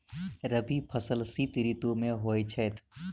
रबी फसल शीत ऋतु मे होए छैथ?